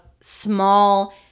small